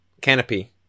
Canopy